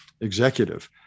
executive